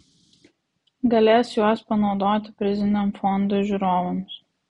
galės juos panaudoti priziniam fondui žiūrovams